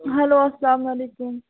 hello اَسلامُ علیکُم